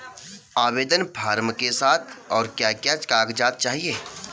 आवेदन फार्म के साथ और क्या क्या कागज़ात चाहिए?